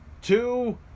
two